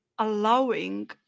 allowing